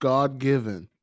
God-given